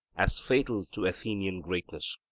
as fatal to athenian greatness.